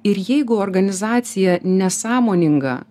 ir jeigu organizacija nesąmoninga